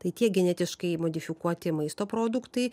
tai tiek genetiškai modifikuoti maisto produktai